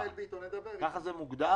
ככה זה מוגדר.